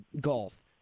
golf